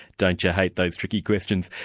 don't you hate those tricky questions?